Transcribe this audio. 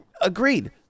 Agreed